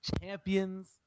champions